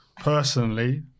personally